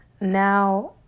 Now